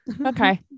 Okay